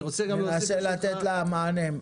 ננסה לתת לה מענה.